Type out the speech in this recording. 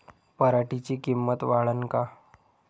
पराटीची किंमत वाढन का?